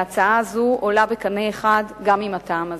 וההצעה הזאת עולה בקנה אחד גם עם הטעם הזה.